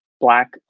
Black